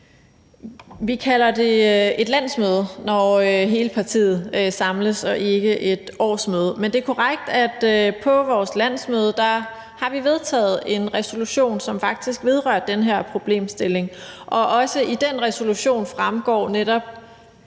Vi kalder det et landsmøde, når hele partiet samles, og ikke et årsmøde. Men det er korrekt, at vi på vores landsmøde har vedtaget en resolution, som faktisk vedrører den her problemstilling, og i den resolution fremgår netop